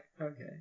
okay